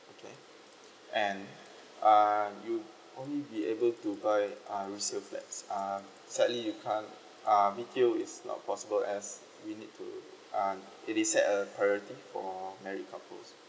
okay and uh you only be able to buy uh resale flats uh sadly you can't uh B_T_O i's not possible as we need to uh it is set uh priority for married couples